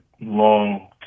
long